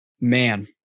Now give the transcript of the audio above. man